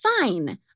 Fine